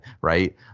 right